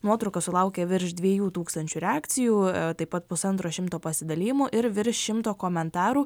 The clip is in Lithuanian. nuotraukos sulaukė virš dviejų tūkstančių reakcijų taip pat pusantro šimto pasidalijimų ir virš šimto komentarų